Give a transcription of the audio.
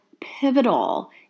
pivotal